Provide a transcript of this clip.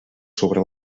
sobre